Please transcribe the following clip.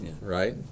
right